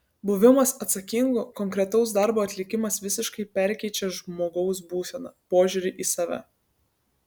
buvimas atsakingu konkretaus darbo atlikimas visiškai perkeičią žmogaus būseną požiūrį į save